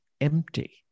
empty